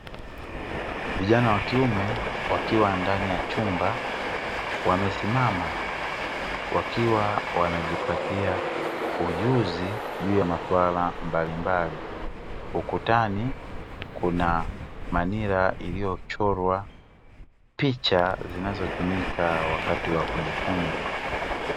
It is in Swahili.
Vijana wa kiume wakiwa ndani ya chumba wamesimama wakiwa wanajipatia ujuzi katika maswala mbalimbali, ukutani kuna manila iliochorwa picha zinazotumika wakati wa kujifunza.